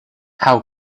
how